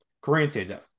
Granted